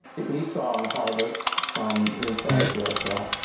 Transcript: he saw an harvest from inside a jail cell.